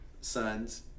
sons